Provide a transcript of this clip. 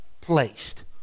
placed